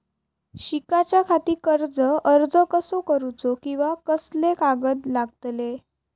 शिकाच्याखाती कर्ज अर्ज कसो करुचो कीवा कसले कागद लागतले?